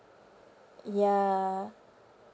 ya